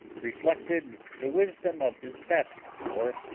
reflected the wisdom of his best hour,